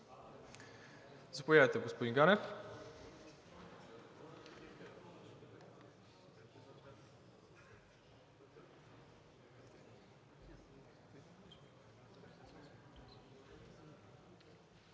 Заповядайте, господин Ганев.